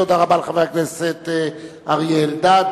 תודה רבה לחבר הכנסת אריה אלדד.